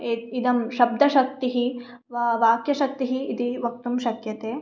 एत् इदं शब्दशक्तिः वा वाक्यशक्तिः इति वक्तुं शक्यते